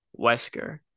Wesker